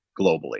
globally